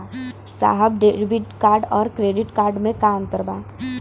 साहब debit card और credit card में का अंतर बा?